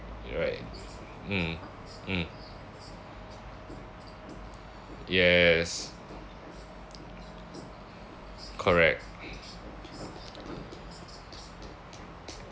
right mm mm yes correct